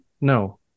no